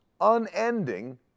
unending